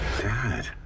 Dad